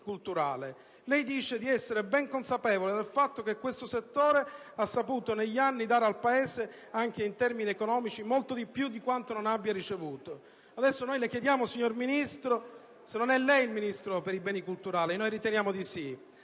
culturale. Dice, infine, di essere ben consapevole del fatto che questo settore ha saputo negli anni dare al Paese, anche in termini economici, molto di più di quanto non abbia ricevuto. Adesso vorremmo sapere se lei è davvero il Ministro per i beni culturali; noi riteniamo di sì!